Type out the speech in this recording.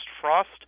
frost